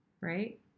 right